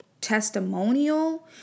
testimonial